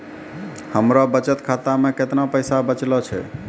हमरो बचत खाता मे कैतना पैसा बचलो छै?